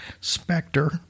specter